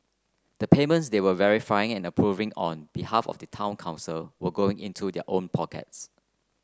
the payments they were verifying and approving on behalf of the town council were going into their own pockets